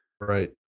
right